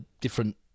different